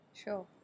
Sure